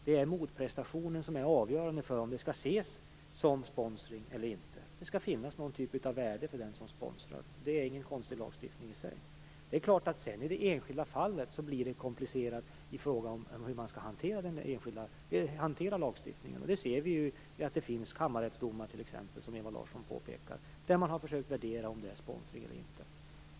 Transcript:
Det är motprestationen som är avgörande för om det skall ses som sponsring eller inte. Det skall finnas någon typ av värde för den som sponsrar. Det är ingen konstig lagstiftning i sig. Sedan blir det förstås komplicerat hur man skall hantera lagstiftningen i det enskilda fallet. Det ser vi på att det t.ex. finns kammarrättsdomar, som Ewa Larsson påpekar, där man har försökt värdera om det är sponsring eller inte.